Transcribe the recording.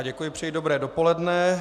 Děkuji, přeji dobré dopoledne.